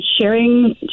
Sharing